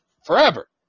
forever